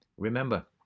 Remember